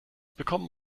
bekommen